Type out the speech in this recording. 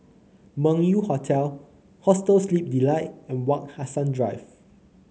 Meng Yew Hotel Hostel Sleep Delight and Wak Hassan Drive